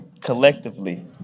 collectively